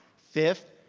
fifth,